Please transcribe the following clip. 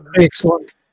Excellent